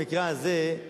במקרה הזה,